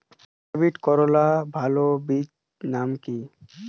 Hybrid করলার ভালো বীজের নাম কি?